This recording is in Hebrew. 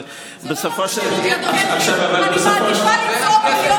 אבל בסופו של דבר ----- אני מעדיפה לצעוק ולהיות